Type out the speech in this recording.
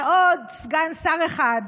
ועוד סגן שר אחד